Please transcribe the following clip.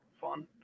fun